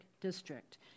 District